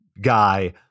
guy